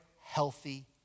healthy